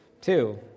two